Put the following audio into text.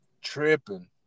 Tripping